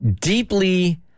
deeply